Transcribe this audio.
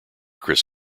chris